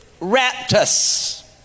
Raptus